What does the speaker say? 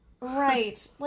Right